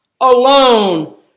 alone